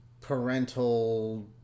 parental